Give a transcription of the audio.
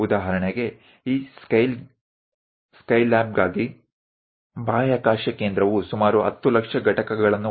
ઉદાહરણ તરીકે આ સ્કાયલેબ માટે અવકાશ મથકમાં સ્પેસ સ્ટેશનમાં લગભગ 10 લાખ ભાગો ઘટકો છે